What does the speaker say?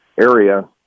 area